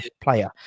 player